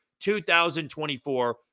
2024